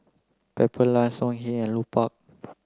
Pepper Lunch Songhe and Lupark